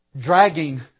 Dragging